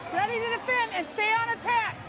ready to defend, and stay on attack